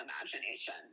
imagination